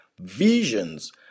visions